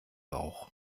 rauch